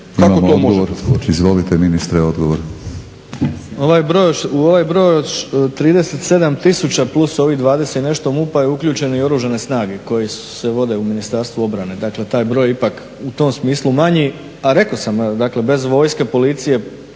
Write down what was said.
izvolite ministre, odgovor.